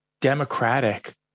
democratic